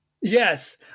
yes